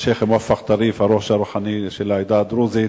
השיח' מואפק טריף, הראש הרוחני של העדה הדרוזית,